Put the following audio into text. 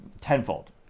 tenfold